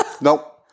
Nope